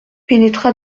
pénétra